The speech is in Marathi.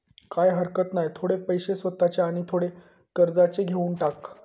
काय हरकत नाय, थोडे पैशे स्वतःचे आणि थोडे कर्जाचे घेवन टाक